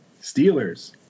Steelers